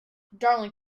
darling